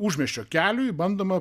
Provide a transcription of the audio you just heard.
užmiesčio keliui bandoma